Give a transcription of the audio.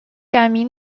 改名